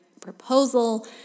proposal